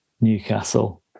Newcastle